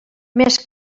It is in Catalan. més